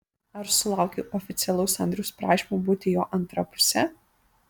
ar sulaukei oficialaus andriaus prašymo būti jo antra puse